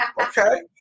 Okay